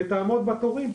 מה תיארתי?